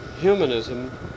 humanism